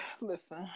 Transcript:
listen